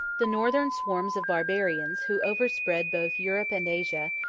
the northern swarms of barbarians, who overspread both europe and asia,